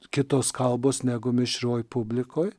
kitos kalbos negu mišrioj publikoj